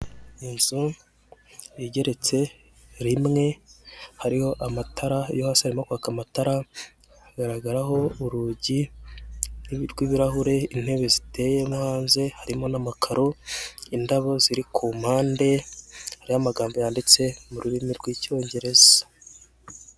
Inzu igeretse rimwe hariho amatara yose irimo kwaka amatara hagaragara ho urugi rw'ibirahure intebe ziteye hanze harimo n'amakaro indabo ziri ku mpande y'amagambo yanditse mu rurimi rw'icyongereza.